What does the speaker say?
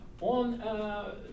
On